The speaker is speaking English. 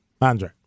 Andre